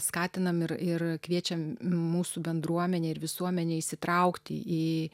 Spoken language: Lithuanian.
skatinam ir ir kviečiam mūsų bendruomenę ir visuomenę įsitraukti į į